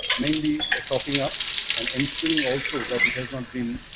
mainly, tapping up and ensuring also that it has not been,